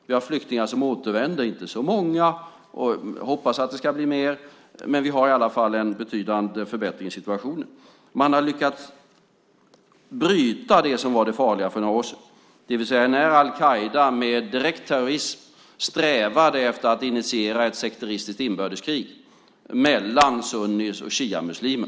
Vi har flyktingar som återvänder, inte så många men vi hoppas att det ska bli fler, men vi har i alla fall en betydande förbättringssituation. Man har lyckats bryta det som var det farliga för några år sedan, det vill säga när al-Qaida med direkt terrorism strävade efter att initiera ett sekteristiskt inbördeskrig mellan sunni och shiamuslimer.